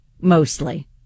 mostly